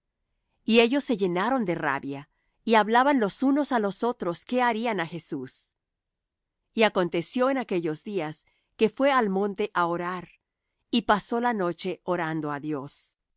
y ellos se llenaron de rabia y hablaban los unos á los otros qué harían á jesús y aconteció en aquellos días que fué al monte á orar y pasó la noche orando á dios